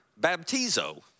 baptizo